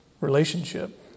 relationship